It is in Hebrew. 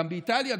גם באיטליה,